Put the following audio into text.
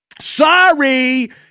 sorry